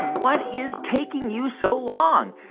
what is taking you so long?